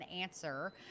answer